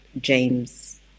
James